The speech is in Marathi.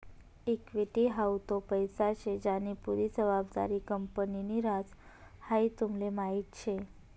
इक्वीटी हाऊ तो पैसा शे ज्यानी पुरी जबाबदारी कंपनीनि ह्रास, हाई तुमले माहीत शे